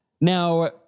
Now